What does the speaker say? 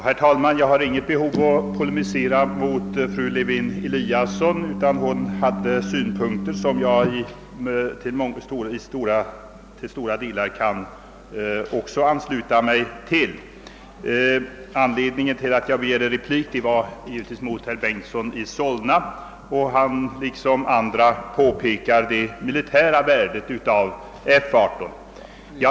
Herr talman! Jag har inget behov av att polemisera mot fru Lewén-Eliasson, ty hon hade synpunkter som jag i stora delar kan ansluta mig till. Anledningen till att jag begärde replik var att herr Bengtson i Solna — liksom andra — påpekar det militära värdet av F 18.